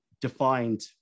defined